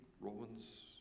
Romans